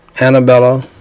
Annabella